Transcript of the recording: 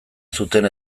zuten